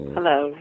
Hello